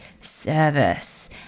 service